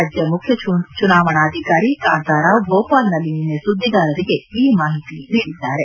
ರಾಜ್ಯ ಮುಖ್ಯ ಚುನಾವಣಾಧಿಕಾರಿ ಕಾಂತಾರಾವ್ ಭೋಪಾಲ್ನಲ್ಲಿ ನಿನ್ನೆ ಸುದ್ದಿಗಾರರಿಗೆ ಈ ಮಾಹಿತಿ ನೀಡಿದ್ದಾರೆ